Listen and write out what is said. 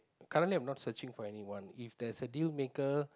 currently I'm not searching for anyone if there's a deal breaker